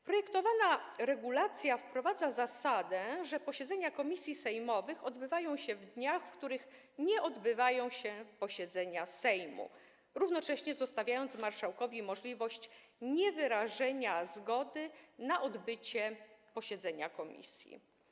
Projektowana regulacja wprowadza zasadę, że posiedzenia komisji sejmowych odbywają się w dniach, w których nie odbywają się posiedzenia Sejmu, równocześnie pozostawia marszałkowi możliwość niewyrażenia zgody na odbycie posiedzenia komisji.